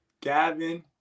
Gavin